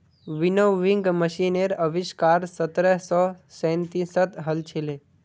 winnowing मशीनेर आविष्कार सत्रह सौ सैंतीसत हल छिले